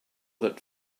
that